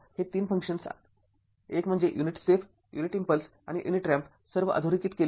हे ३ फंक्शन्स एक म्हणजे युनिट स्टेप युनिट इम्पल्स आणि युनिट रॅम्प सर्व अधोरेखित केले आहेत